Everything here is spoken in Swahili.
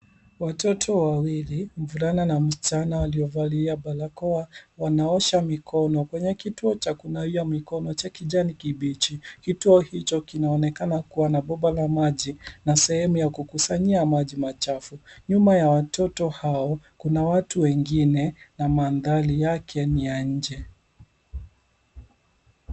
Watoto wawili, mvulana, na msichana waliovalia barakoa wanaosha mikono, kwenye kituo cha kunawia mikono cha kijani kibichi. Kituo hicho kinaonekana kuwa na bomba la maji, na sehemu ya kukusanyia maji machafu. Nyuma ya watoto hao, kuna watu wengine, na mandhari yake ni ya nje.